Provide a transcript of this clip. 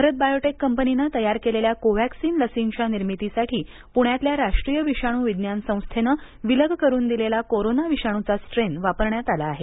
Bharat Biotech कंपनीने तयार केलेल्या कोव्हॅक्सिन लसींच्या निर्मितीसाठी प्ण्यातल्या राष्ट्रिय विषाणू विज्ञान संस्थेनं विलग करून दिलेला कोरोना विषाणूचा स्ट्रेन वापरण्यात आला आहे